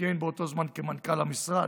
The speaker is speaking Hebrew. שכיהן באותו זמן כמנכ"ל המשרד,